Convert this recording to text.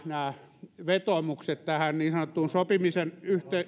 nämä vetoomukset tähän niin sanottuun sopimisen